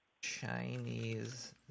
Chinese